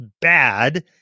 bad